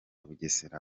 bugesera